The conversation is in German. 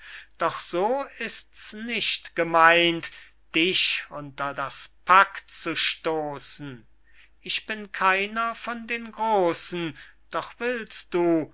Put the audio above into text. doch so ist's nicht gemeynt dich unter das pack zu stoßen ich bin keiner von den großen doch willst du